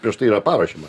prieš tai yra paruošiama